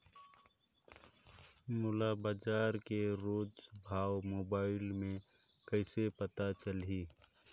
मोला बजार के रोज भाव मोबाइल मे कइसे पता चलही?